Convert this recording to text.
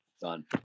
done